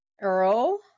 Earl